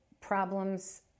problems